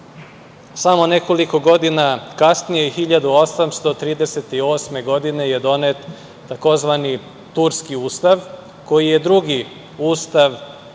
Samo nekoliko godina kasnije 1838. godine je donet tzv. Turski ustav koji je drugi Ustav